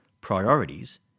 priorities